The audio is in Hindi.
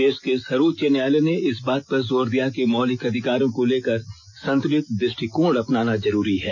देश के सर्वोच्च न्यायालय ने इस बात पर जोर दिया कि मौलिक अधिकारों को लेकर संतुलित दृष्टिकोण अपनाना जरूरी है